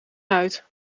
uit